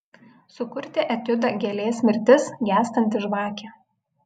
sukurti etiudą gėlės mirtis gęstanti žvakė